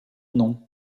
nom